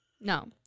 No